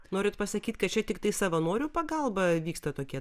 norit pasakyt kad čia tiktai savanorių pagalba vyksta tokie